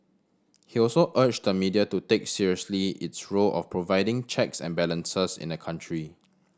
he also urged the media to take seriously its role of providing checks and balances in the country